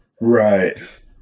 Right